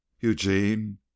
Eugene